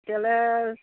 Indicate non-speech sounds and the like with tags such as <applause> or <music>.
<unintelligible>